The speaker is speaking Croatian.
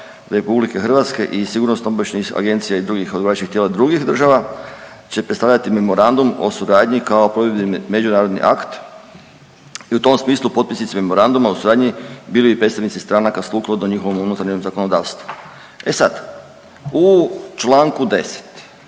sustava RH i sigurnosno-obavještajnih agencija i drugih odgovarajućih tijela drugih država će predstavljati Memorandum o suradnji kao … međunarodni akt i u tom smislu potpisnici Memoranduma o suradnji bili bi predstavnici stranaka sukladno njihovom unutarnjem zakonodavstvu. E sad, u čl. 10